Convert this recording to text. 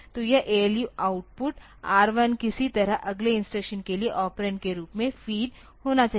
तो यह ALU output R1 किसी तरह अगले इंस्ट्रक्शन के लिए ऑपरेंड के रूप में फीड होना चाहिए